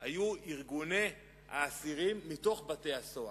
היה ארגוני האסירים מתוך בתי-הסוהר,